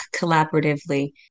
collaboratively